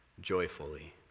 joyfully